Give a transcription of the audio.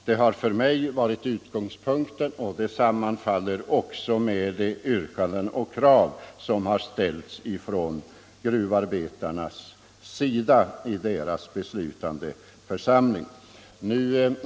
Det har för mig varit utgångspunkten, och det sammanfaller även med de yrkanden och krav som har ställts från gruvarbetarnas sida i deras beslutande församling.